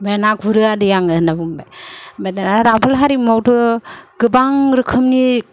ओमफ्राय दाना गुरो आङो आदै होनबाय ओमफ्राय दाना रामफल हारिमुआवथ'' गोबां रोखोमनि